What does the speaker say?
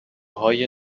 های